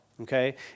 Okay